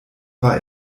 war